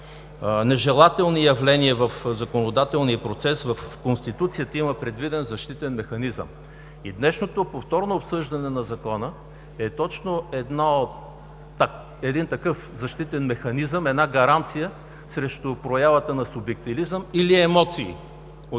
нежелателни явления в законодателния процес в Конституцията има предвиден защитен механизъм и днешното повторно обсъждане на Закона е точно един такъв защитен механизъм, една гаранция срещу проявата на субективизъм или емоции